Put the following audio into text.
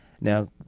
Now